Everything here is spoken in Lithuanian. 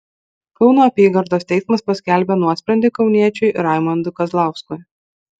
kauno apygardos teismas paskelbė nuosprendį kauniečiui raimondui kazlauskui